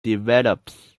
develops